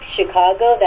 Chicago